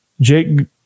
Jake